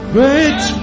Great